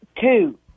Two